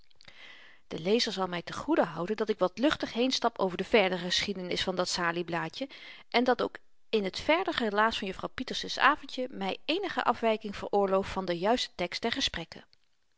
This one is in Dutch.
de lezer zal my ten goede houden dat ik wat luchtig heenstap over de verdere geschiedenis van dat salieblaadje en dat ik ook in t verder relaas van juffrouw pieterse's avendje my eenige afwyking veroorloof van den juisten tekst der gesprekken